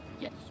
Yes